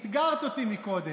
אתגרת אותי קודם,